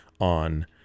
on